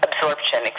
absorption